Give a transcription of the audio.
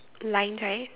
lines right